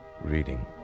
reading